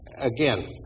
again